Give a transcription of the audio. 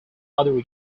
other